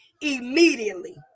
immediately